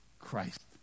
Christ